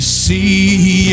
see